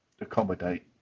accommodate